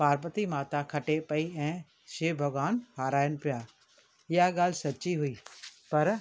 पार्वती माता खटे पई ऐं शिव भॻवानु हाराइनि पिया इहा ॻाल्हि सची हुई पर